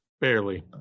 Barely